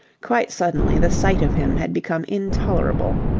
quite suddenly the sight of him had become intolerable.